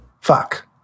Fuck